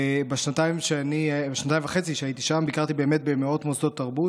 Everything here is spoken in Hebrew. בשנתיים וחצי שהייתי שם ביקרתי במאות מוסדות תרבות